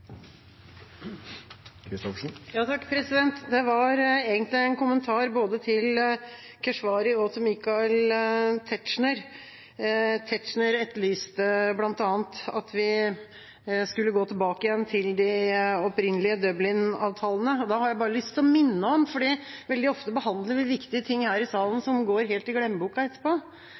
Tetzschner etterlyste bl.a. at vi skulle gå tilbake til de opprinnelige Dublin-avtalene. Da har jeg bare lyst til å minne om en ting, for veldig ofte behandler vi viktige ting her i salen som går helt i glemmeboka etterpå.